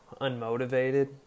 unmotivated